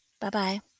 Bye-bye